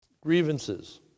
grievances